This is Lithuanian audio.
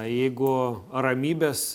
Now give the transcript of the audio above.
jeigu ramybės